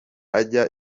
ajya